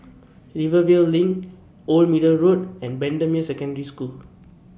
Rivervale LINK Old Middle Road and Bendemeer Secondary School